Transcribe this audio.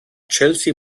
chelsea